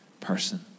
person